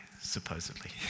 supposedly